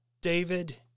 David